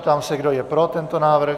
Ptám se, kdo je pro tento návrh.